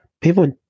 people